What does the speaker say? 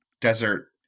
desert